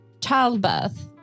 Childbirth